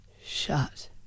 Shut